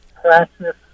practice